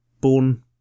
born